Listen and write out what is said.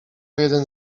jeden